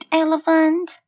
elephant